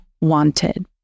wanted